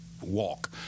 walk